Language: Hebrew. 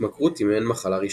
התמכרות היא מעין מחלה ראשונית.